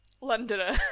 Londoner